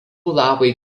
lapai